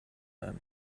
them